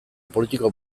politiko